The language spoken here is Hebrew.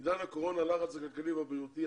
בעידן הקורונה הלחץ הכלכלי והבריאותי,